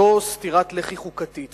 זו סטירת לחי חוקתית.